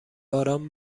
باران